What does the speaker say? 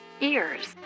ears